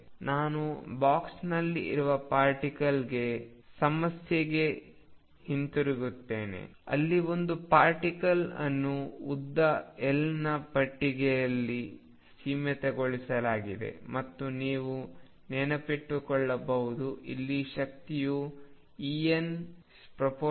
ನಾವು ಬಾಕ್ಸ್ನಲ್ಲಿ ಇರುವ ಪಾರ್ಟಿಕಲ್ ಸಮಸ್ಯೆಗೆ ಹಿಂತಿರುಗುತ್ತೇವೆ ಅಲ್ಲಿ ಒಂದು ಪಾರ್ಟಿಕಲ್ ಅನ್ನು ಉದ್ದ L ನ ಪೆಟ್ಟಿಗೆಯಲ್ಲಿ ಸೀಮಿತಗೊಳಿಸಲಾಗಿದೆ ಮತ್ತು ನೀವು ನೆನಪಿಸಿಕೊಳ್ಳಬಹುದು ಇಲ್ಲಿ ಶಕ್ತಿಯು En1L2 ಆಗಿರುತ್ತದೆ